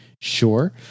Sure